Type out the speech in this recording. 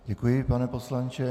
Děkuji, pane poslanče.